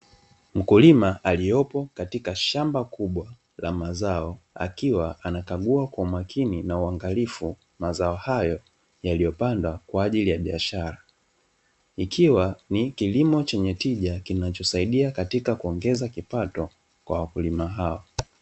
Mkulima aliyopo katika shamba kubwa la mazao akiwa anakagua kwa umakini na kwa uangalifu mazao hayo yaliyopandwa kwa ajili ya biashara. ikiwa ni kilimo chenye tija kinachosaidia katika kuongeza kipato kwa wakulima hao.